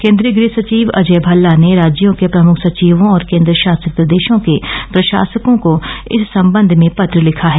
केन्द्रीय गृह सचिव अजय भल्ला ने राज्यों के मुख्य सचिवों और केन्द्र शासित प्रदेशों के प्रशासकों को इस संबंध में पत्र लिखा है